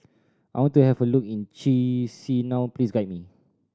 I want to have a look in Chisinau please guide me